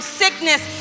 sickness